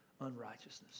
unrighteousness